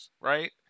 right